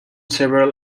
several